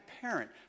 parent